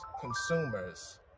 consumers